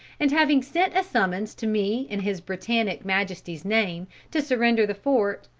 and having sent a summons to me in his britannic majesty's name to surrender the fort,